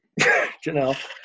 Janelle